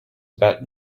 about